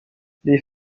les